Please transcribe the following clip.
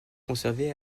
conservé